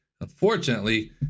Unfortunately